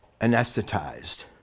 anesthetized